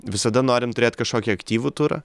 visada norim turėt kažkokį aktyvų turą